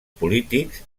polítics